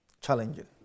Challenging